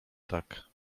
tak